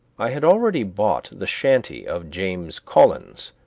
i had already bought the shanty of james collins,